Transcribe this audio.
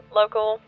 local